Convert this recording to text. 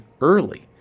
early